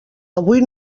avui